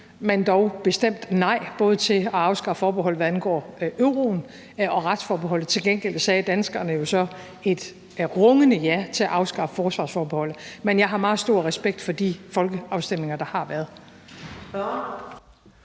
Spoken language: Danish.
men dog bestemt nej, både til at afskaffe forbeholdet, hvad angår euroen, og retsforbeholdet. Til gengæld sagde danskerne jo så rungende ja til at afskaffe forsvarsforbeholdet. Men jeg har meget stor respekt for de folkeafstemninger, der har været.